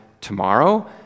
tomorrow